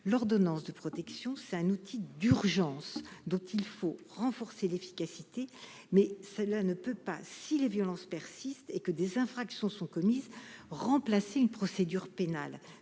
L'ordonnance de protection est un outil de l'urgence, dont il faut renforcer l'efficacité, mais cela ne peut pas, si les violences persistent et que des infractions sont commises, remplacer une procédure pénale,